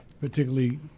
particularly